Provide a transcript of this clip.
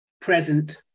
present